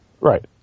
Right